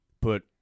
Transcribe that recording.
put